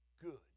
good